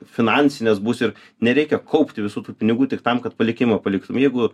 finansinės bus ir nereikia kaupti visų tų pinigų tik tam kad palikimui paliktum jeigu